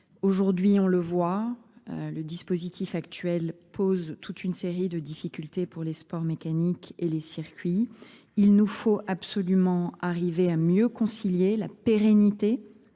Aujourd'hui, on le voit, le dispositif actuel pose toute une série de difficultés pour les sports mécaniques et les circuits. Il nous faut absolument arriver à mieux concilier la pérennité